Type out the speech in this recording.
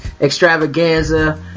extravaganza